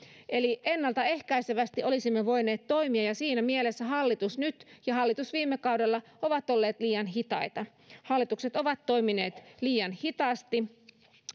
eli ennaltaehkäisevästi olisimme voineet toimia ja siinä mielessä hallitukset nyt ja viime kaudella ovat olleet liian hitaita hallitukset ovat toimineet liian hitaasti